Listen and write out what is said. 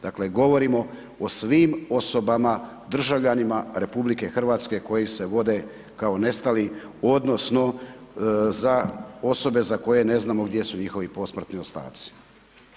Dakle govorimo o svim osobama, državljanima RH koji se vode kao nestali odnosno za osobe za koje ne znamo gdje su njihovi posmrtni ostaci.